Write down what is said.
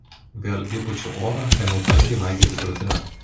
vėl įpūčiau oro ėmiau tankiai maigyti krūtinę